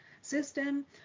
system